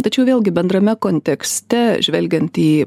tačiau vėlgi bendrame kontekste žvelgiant į